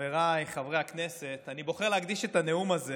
חבריי חברי הכנסת, אני בוחר להקדיש את הנאום הזה